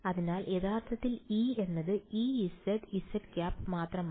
അതിനാൽ യഥാർത്ഥത്തിൽ E എന്നത് Ez zˆ മാത്രമാണ്